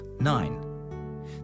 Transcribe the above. nine